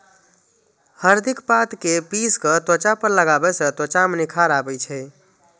हरदिक पात कें पीस कें त्वचा पर लगाबै सं त्वचा मे निखार आबै छै